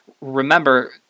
Remember